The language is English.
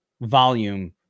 volume